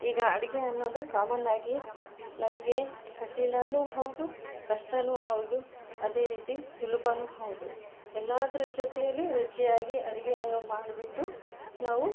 ಈಗ ಅಡುಗೆ ಅನ್ನೋದು ಕಾಮನ್ ಆಗಿ ನಮಗೆ ಕಠಿಣಾನೂ ಹೌದು ಕಷ್ಟನೂ ಹೌದು ಅದೇ ರೀತಿ ಸುಲಭಾನು ಹೌದು ಎಲ್ಲಾದ್ರು ಜೊತೆಯಲ್ಲಿ ರುಚಿಯಾಗಿ ಅಡುಗೆಯನ್ನು ಮಾಡಿಬಿಟ್ಟು ನಾವು